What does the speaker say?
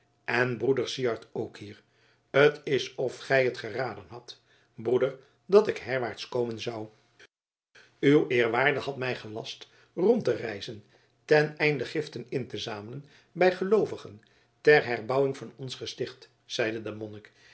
en broeder syard ook hier t is of gij het geraden hadt broeder dat ik herwaarts komen zou uw eerwaarde had mij gelast rond te reizen ten einde giften in te zamelen bij geloovigen ter herbouwing van ons gesticht zeide de